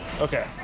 Okay